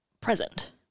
present